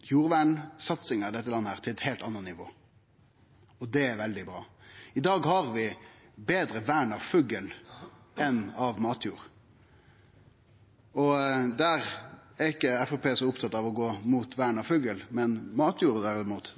i dette landet til eit heilt anna nivå – og det er veldig bra. I dag har vi betre vern av fuglar enn av matjord. Framstegspartiet er ikkje så opptatt av å gå imot eit vern av fuglar, men matjorda, derimot,